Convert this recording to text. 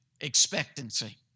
expectancy